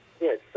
Yes